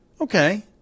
Okay